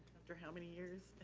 for how many years?